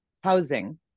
housing